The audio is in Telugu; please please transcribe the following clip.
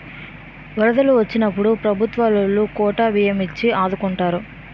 వరదలు వొచ్చినప్పుడు ప్రభుత్వవోలు కోటా బియ్యం ఇచ్చి ఆదుకుంటారు